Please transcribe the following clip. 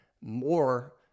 more